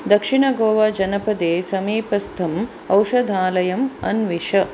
दक्षिणगोवाजनपदे समीपस्थं औषधालयम् अन्विष